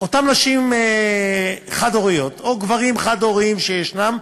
שאותן נשים חד-הוריות, או גברים חד-הוריים, שישנם,